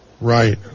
Right